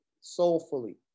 soulfully